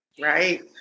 right